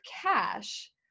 cash